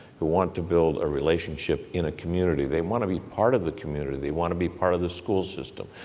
who want to build a relationship in a community. they want to be part of the community. they want to be part of the school system.